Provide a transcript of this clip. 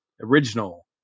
original